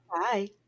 Bye